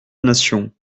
nation